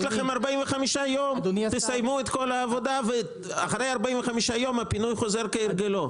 לכם 45 יום לסיים את כל העבודה ואז הפינוי חוזר כהרגלו"?